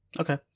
Okay